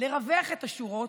לרווח את השורות,